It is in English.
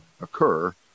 occur